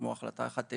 כמו החלטה 1933,